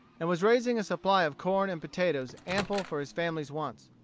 and was raising a supply of corn and potatoes ample for his family wants.